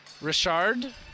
Richard